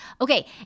Okay